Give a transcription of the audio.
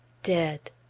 dead!